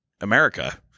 america